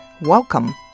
Welcome